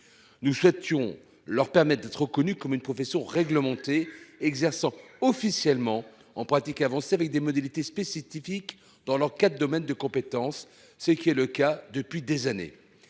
Nous souhaitions leur permet d'être reconnue comme une profession réglementée exerçant officiellement en pratique avancée avec des modalités spécifiques dans leur quatre domaines de compétence, ce qui est le cas depuis des années